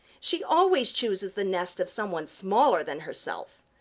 she always chooses the nest of some one smaller than herself.